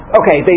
okay